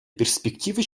перспективы